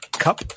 cup